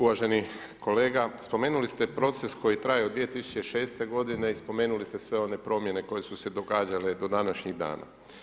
Uvaženi kolega, spomenuli ste proces koji traje od 2006. godine i spomenuli ste sve one promjene koje su se događale do današnjih dana.